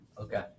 Okay